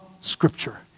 scripture